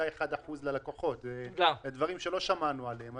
0.1% ללקוחות, אלה דברים שלא שמענו עליהם.